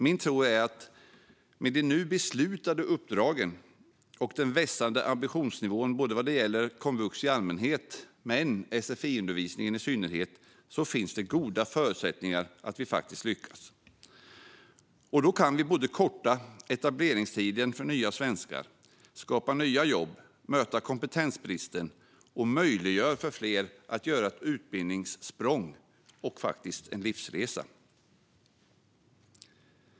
Min tro är att det med de nu beslutade uppdragen och den vässade ambitionsnivån vad gäller både komvux i allmänhet och sfi-undervisningen i synnerhet finns goda förutsättningar att lyckas. Då kan vi både korta etableringstiden för nya svenskar, skapa nya jobb, möta kompetensbristen och möjliggöra för fler att göra ett utbildningssprång och - faktiskt - en livsresa.